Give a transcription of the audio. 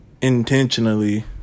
intentionally